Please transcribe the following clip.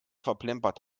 verplempert